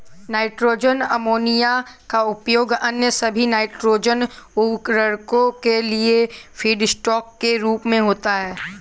nitrogen ammonia का उपयोग अन्य सभी नाइट्रोजन उवर्रको के लिए फीडस्टॉक के रूप में होता है